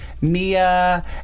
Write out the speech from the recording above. Mia